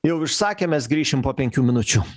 jau išsakė mes grįšim po penkių minučių